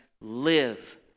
live